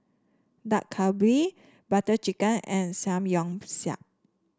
Dak Galbi Butter Chicken and Samgyeopsal